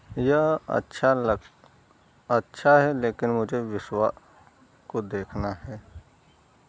यह अच्छा लग अच्छा है लेकिन मुझे बिस्वा को देखना है